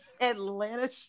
Atlanta